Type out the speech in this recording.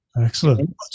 excellent